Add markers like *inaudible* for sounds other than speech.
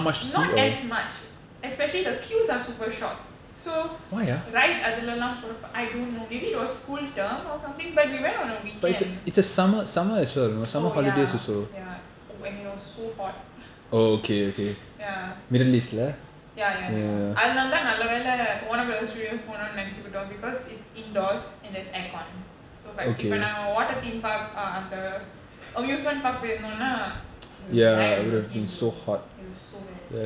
not as much especially the queues are super short so ride அதுலலாம்போறப்போ:athulalaam pesurappo I don't know maybe it was school term or something but we went on a weekend oh ya ya oh and it was so hot *noise* ya ya ya ya அதுனாலதாநல்லவேல:athunaalatha nalla vela warner brother studios போனோம்னுநெனச்சிகிட்டோம்:ponomnu nenachikkitom because it's indoors and there's air con so but இப்பநாம:ippa naama water theme park அந்த:antha amusement park போயிருந்தோம்னா:poiyirundhomna we will die of the heat bro it was so bad